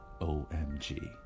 OMG